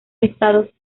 estados